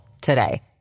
today